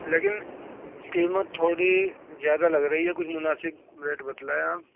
لیکن قیمت تھوڑی زیادہ لگ رہی ہے کچھ مناسب ریٹ بتلائیں آپ